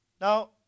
Now